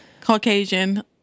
Caucasian